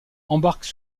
embarquent